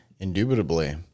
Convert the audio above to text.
Indubitably